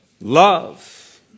Love